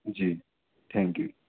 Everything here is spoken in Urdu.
G thank you